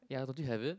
ya don't you have it